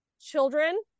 children